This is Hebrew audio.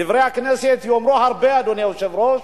"דברי הכנסת" יאמרו הרבה, אדוני היושב-ראש,